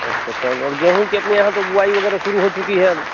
अच्छा चलो और गेंहू की अपने यहाँ तो बुआई वग़ैरह शुरू हो चुकी है अब